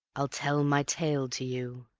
i'll tell my tale to you.